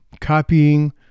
copying